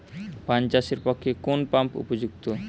পান চাষের পক্ষে কোন পাম্প উপযুক্ত?